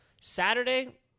Saturday